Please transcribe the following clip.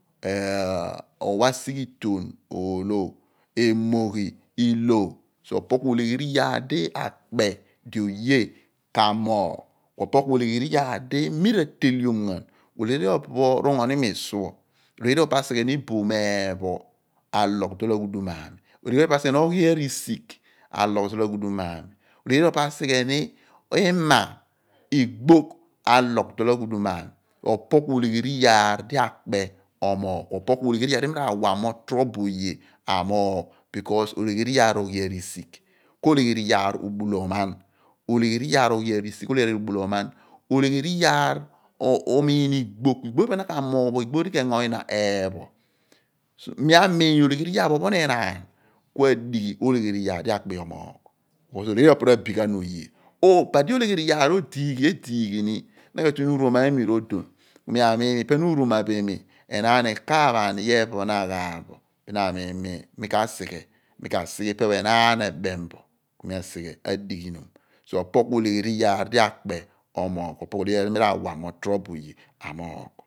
owa' sighiton oolo. emoghi i/lo, opo ku olegheri iyaar di ekpe di oye k'amoogh, olegheri iyaar di mi ratelion ghan ku abile ken r'ungo ni imi suọ, olegheri iyaar asigheni oboom oyhiarisigh alogh sier ghadum ami, ima, igbogh alogh dol aghudum ami opo ku olegheri iyaar eli torobo oye akpe umoogh, loor esi di adeghi oleyheri iyaar oyhiarish k/oleghen iyaar obala oman. Olegheri iyaar omiin ighogh, ku igbogh pho ipe na ra wa bo k'engo nyina eepho. Ku mi amiin mi olegheri iyaar opo enaan ku ekpe di yira komogh olegheri iyaar di ra/bi ghan oye. Ibadi oleyberi iyaar ediighi yogh ni, omaamom nyiidipho, na ka tue ni uuroma iimi rodon ku mi amiin mo ipe na uuroma bo imi enaan i/kaaph ani bin na ka miin ni mo mi/ka sighe loor esi di ipe enaan eghaaph bo hua di mi k'asighe. Ku mi adighinom opo ku olegnen iyaar di akpe omoughi opo ku olegberi iyaar si rawa mo torobo oye amoogh.